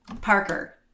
Parker